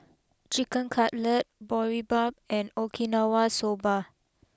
Chicken Cutlet Boribap and Okinawa Soba